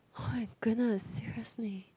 oh my goodness seriously